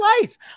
life